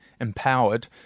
empowered